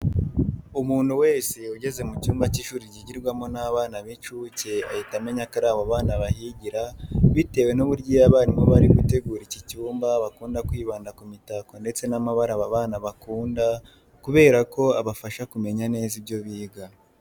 Umuntu wese ugeze mu cyumba cy'ishuri ryigirwamo n'abana b'incuke ahita amenya ko ari abo bana bahigira bitewe n'uburyo iyo abarimu bari gutegura iki cyumba bakunda kwibanda ku mitako ndetse n'amabara aba bana bakunda kubera ko abafasha kumenya neza ibyo biga.